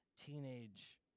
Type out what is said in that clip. teenage